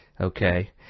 Okay